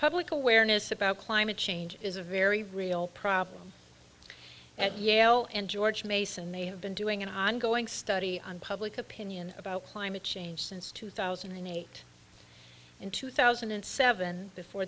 public awareness about climate change is a very real problem at yale and george mason may have been doing an ongoing study on public opinion about climate change since two thousand and eight in two thousand and seven before